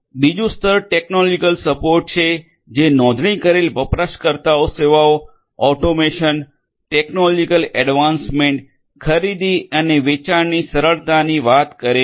બીજું સ્તર technological support છે જે નોંધણી કરેલ વપરાશકર્તા સેવાઓ ઓટોમેશન ટેક્નોલોજિકલ એડવાન્સમેન્ટ ખરીદી અને વેચાણની સરળતાની વાત કરે છે